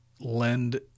lend